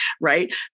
right